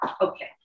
Okay